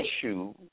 issue